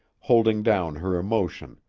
holding down her emotion,